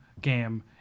game